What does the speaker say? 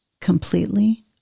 completely